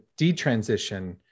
detransition